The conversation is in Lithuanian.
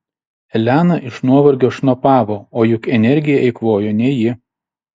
elena iš nuovargio šnopavo o juk energiją eikvojo ne ji